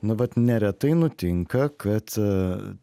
nu vat neretai nutinka kad